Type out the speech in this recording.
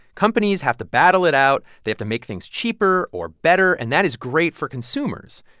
companies have to battle it out. they have to make things cheaper or better. and that is great for consumers.